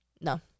No